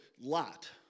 Lot